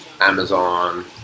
Amazon